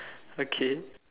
okay